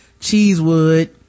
Cheesewood